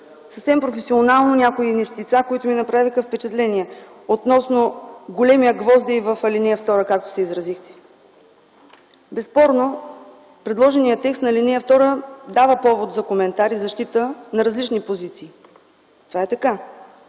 съвсем професионално някои нещица, които ми направиха впечатление - относно големия „гвоздей в ал. 2”, както се изразихте. Безспорно нуждата от предложеният текст на ал. 2 дава повод за коментар и защита на различни позиции. Това е така.